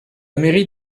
mairie